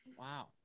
Wow